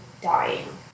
dying